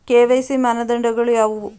KYC ಮಾನದಂಡಗಳು ಯಾವುವು?